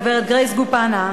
הגברת גרייס גופנה,